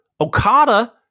Okada